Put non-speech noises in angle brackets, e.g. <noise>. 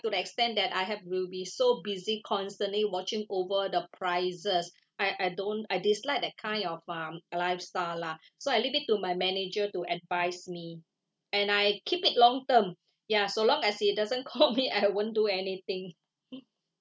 to the extent that I have will be so busy constantly watching over the prices I I don't I dislike that kind of um uh lifestyle lah so I leave it to my manager to advise me and I keep it long term ya so long as he doesn't call <laughs> me I wouldn't do anything